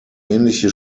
ähnliche